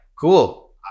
cool